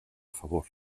favor